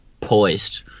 poised